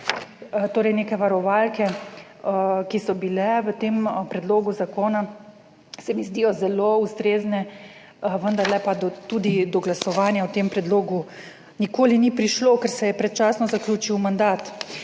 20.40 (nadaljevanje) v tem predlogu zakona, se mi zdijo zelo ustrezne, vendarle pa tudi do glasovanja o tem predlogu nikoli ni prišlo, ker se je predčasno zaključil mandat.